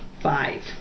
Five